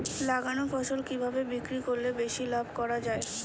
লাগানো ফসল কিভাবে বিক্রি করলে বেশি লাভ করা যায়?